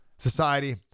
Society